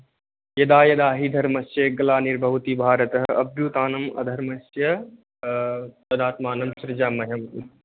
यदा यदा हि धर्मस्य ग्लानिर्भवति भारत अभ्युत्थानम् अधर्मस्य तदात्मानं सृजाम्यहम्